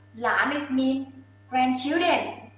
yeah um is mean grandchildren,